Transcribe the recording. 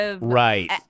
right